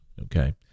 Okay